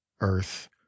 earth